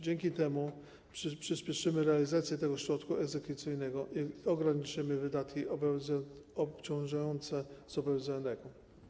Dzięki temu przyspieszymy realizację tego środka egzekucyjnego i ograniczymy wydatki obciążające zobowiązanego.